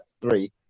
three